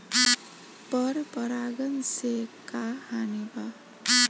पर परागण से का हानि बा?